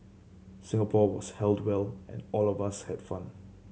Singapore was held well and all of us had fun